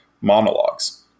monologues